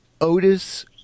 Otis